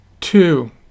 Two